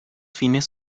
fines